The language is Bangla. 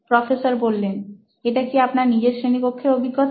প্রফেসর এটা কি আপনার নিজের শ্রেণিকক্ষের অভিজ্ঞতা